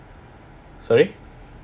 sorry